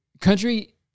country